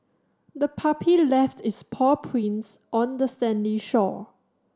the puppy left its paw prints on the sandy shore